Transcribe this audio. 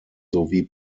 sowie